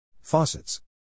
Faucets